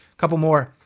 couple more,